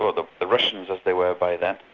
or the the russians as they were by then,